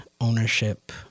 ownership